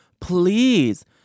Please